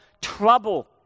trouble